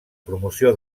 promoció